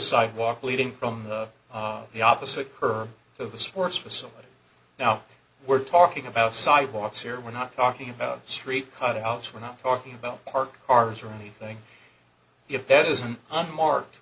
sidewalk leading from the opposite her to the sports facility now we're talking about sidewalks here we're not talking about street cutouts we're not talking about park cars or anything if that isn't a marked